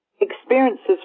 experiences